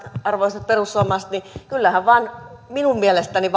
arvoisat perussuomalaiset kyllähän valtioneuvoston tiedote minun mielestäni